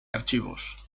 archivos